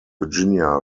virginia